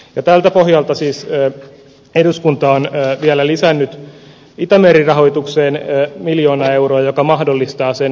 jo tältä pohjalta siis enää eduskuntaan vielä lisännyt itämeri rahoitukseen miljoona euroa joka mahdollistaa sen